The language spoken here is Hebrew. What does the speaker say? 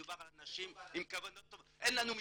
מדובר על אנשים עם כוונות ------ אין לנו מספרים.